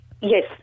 Yes